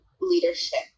leadership